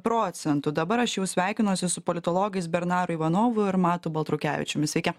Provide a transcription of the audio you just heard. procentų dabar aš jau sveikinuosi su politologais bernaru ivanovu ir matu baltrukevičiumi sveiki